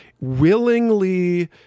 willingly